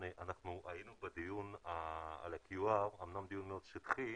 היינו בדיון על ה-QR, אומנם דיון מאוד שטחי.